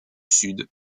sud